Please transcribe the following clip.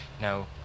now